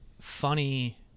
funny